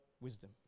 wisdom